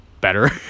better